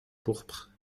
pourpre